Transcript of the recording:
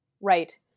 Right